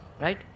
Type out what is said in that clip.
right